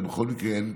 בכל מקרה,